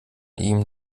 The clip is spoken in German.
ihm